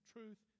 Truth